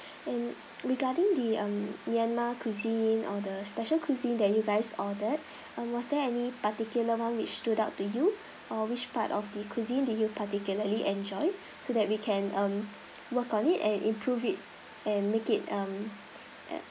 and regarding the um myanmar cuisine or the special cuisine that you guys ordered um was there any particular one which stood out to you or which part of the cuisine do you particularly enjoy so that we can work on it and improve it and make it um at